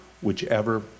whichever